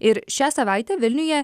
ir šią savaitę vilniuje